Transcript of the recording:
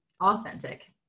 authentic